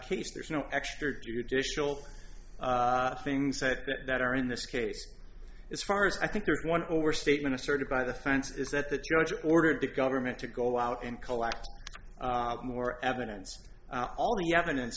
case there's no extra judicial things that are in this case it's far as i think there is one where statement asserted by the fence is that the judge ordered the government to go out and collect more evidence all the evidence